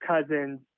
Cousins